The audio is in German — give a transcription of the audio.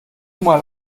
mal